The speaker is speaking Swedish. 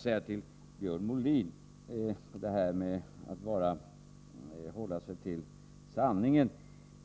När det gäller att hålla sig till sanningen vill jag säga till Björn Molin: